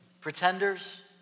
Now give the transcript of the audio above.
pretenders